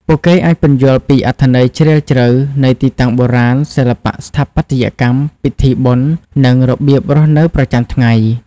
ពួកគេអាចពន្យល់ពី អត្ថន័យជ្រាលជ្រៅ នៃទីតាំងបុរាណ សិល្បៈស្ថាបត្យកម្ម ពិធីបុណ្យ និងរបៀបរស់នៅប្រចាំថ្ងៃ។